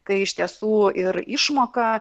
kai iš tiesų ir išmoka